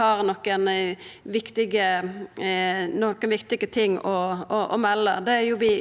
dei har viktige ting å melda. Det er vi